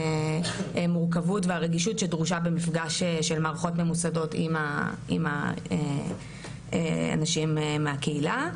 המורכבות והרגישות שדרושה במפגש של מערכות ממוסדות עם האנשים מהקהילה.